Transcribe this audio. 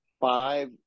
five